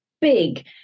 big